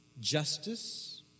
justice